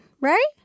right